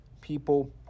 people